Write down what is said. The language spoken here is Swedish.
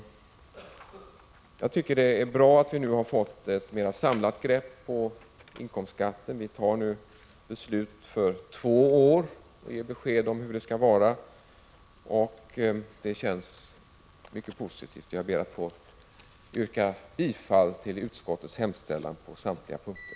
Jag tycker det är bra att vi nu fått ett mer samlat grepp på inkomstskatten. Vi tar ett beslut som ger besked om hur det skall vara för två år framåt, och det känns mycket positivt. Jag ber att få yrka bifall till utskottets hemställan på samtliga punkter.